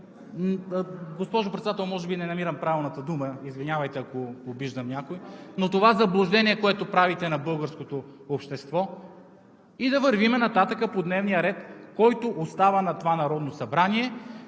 Госпожо Председател, може би не намирам правилната дума, извинявайте, ако обиждам някой. Но заблуждението, което правите на българското общество, да вървим нататък по дневния ред, който остава на това Народно събрание,